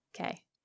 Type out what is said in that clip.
Okay